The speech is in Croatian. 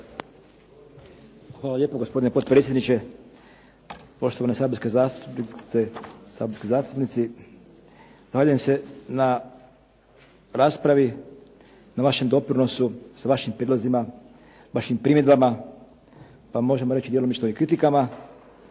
Hvala lijepo. Gospodine potpredsjedniče, poštovane saborske zastupnice i saborski zastupnici. Zahvaljujem se na raspravi, na vašem doprinosu sa vašim prijedlozima, vašim primjedbama, pa možemo reći djelomično i kritikama,